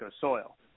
soil